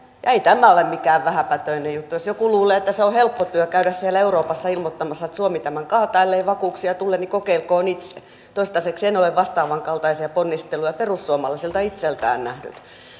ei tämä ole mikään vähäpätöinen juttu jos joku luulee että on helppo työ käydä siellä euroopassa ilmoittamassa että suomi tämän kaataa ellei vakuuksia tule niin kokeilkoon itse toistaiseksi en ole vastaavankaltaisia ponnisteluja perussuomalaisilta itseltään nähnyt